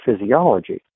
physiology